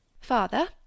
Father